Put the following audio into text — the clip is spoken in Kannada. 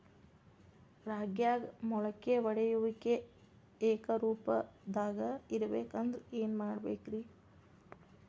ರಾಗ್ಯಾಗ ಮೊಳಕೆ ಒಡೆಯುವಿಕೆ ಏಕರೂಪದಾಗ ಇರಬೇಕ ಅಂದ್ರ ಏನು ಮಾಡಬೇಕ್ರಿ?